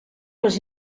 les